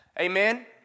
Amen